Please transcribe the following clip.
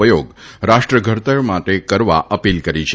ઉપયોગ રાષ્ટ્ર ઘડતર માટે કરવા અપીલ કરી છે